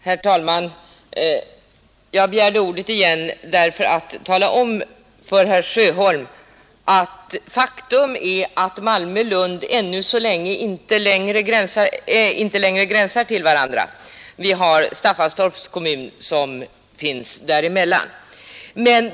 Herr talman! Jag begärde åter ordet för att tala om för herr Sjöholm att Malmö och Lund inte gränsar till varandra. Staffanstorp kommun ligger där emellan.